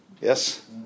Yes